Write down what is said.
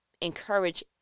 encourage